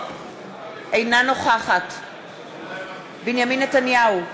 אינה נוכחת בנימין נתניהו,